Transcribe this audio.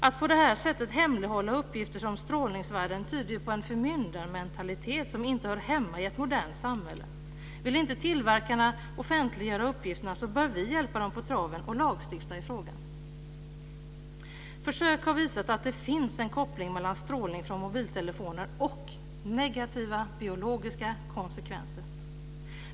Att på det här sättet hemlighålla uppgifter om strålningsvärden tyder på en förmyndarmentalitet som inte hör hemma i ett modernt samhälle. Om inte tillverkarna vill offentliggöra uppgifterna bör vi hjälpa dem på traven och lagstifta i frågan. Försök har visat att det finns en koppling mellan strålning från mobiltelefoner och negativa biologiska konsekvenser.